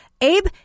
Abe